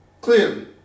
Clearly